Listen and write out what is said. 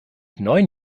neun